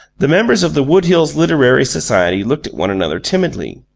the members of the wood hills literary society looked at one another timidly.